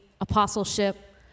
apostleship